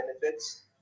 benefits